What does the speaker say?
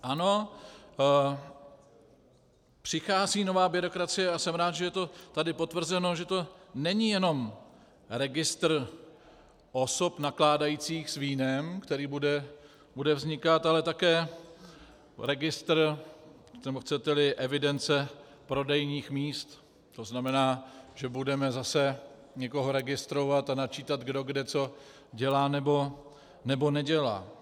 Ano, přichází nová byrokracie a jsem rád, že je to tady potvrzeno, že to není jenom registr osob nakládajících s vínem, který bude vznikat, ale také registr, nebo chceteli evidence prodejních míst, tzn. že budeme zase někoho registrovat a načítat kdo kde co dělá nebo nedělá.